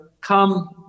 come